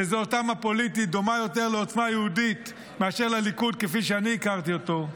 שזהותם הפוליטית דומה יותר לעוצמה יהודית מאשר לליכוד כפי שהכרתי אותו,